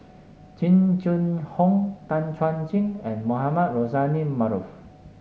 Jing Jun Hong Tan Chuan Jin and Mohamed Rozani Maarof